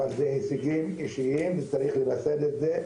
אבל זה הישגים אישיים וצריך למסד את זה.